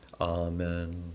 Amen